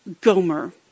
Gomer